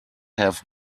have